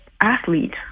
athlete